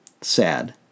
sad